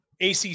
ACC